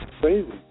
Crazy